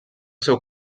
seu